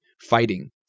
fighting